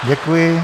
Děkuji.